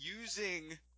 using